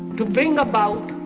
to bring about,